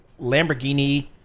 Lamborghini